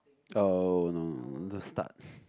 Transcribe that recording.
oh no no no the start